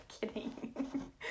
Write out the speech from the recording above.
kidding